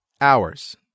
hours